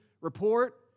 report